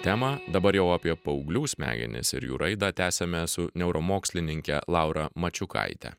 temą dabar jau apie paauglių smegenis ir jų raidą tęsiame su neuromokslininke laura mačiukaite